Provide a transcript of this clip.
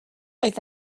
oedd